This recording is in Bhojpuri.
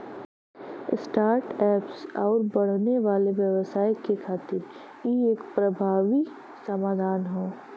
स्टार्ट अप्स आउर बढ़ने वाले व्यवसाय के खातिर इ एक प्रभावी समाधान हौ